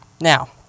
Now